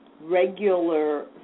regular